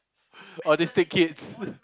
autistic kids